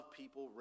people